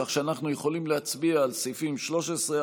כך שאנחנו יכולים להצביע על סעיפים 13,